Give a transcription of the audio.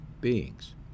beings